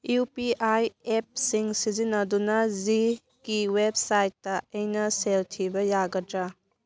U P I ꯑꯦꯞꯁꯤꯡ ꯁꯤꯖꯤꯟꯅꯗꯨꯅ ꯖꯤꯒꯤ ꯋꯦꯞꯁꯥꯏꯠꯇ ꯑꯩꯅ ꯁꯦꯜ ꯊꯤꯕ ꯌꯥꯒꯗ꯭ꯔꯥ